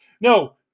no